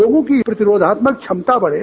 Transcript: लोगों की प्रतिरोधात्मक क्षमता बढ़े